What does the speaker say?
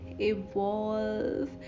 evolve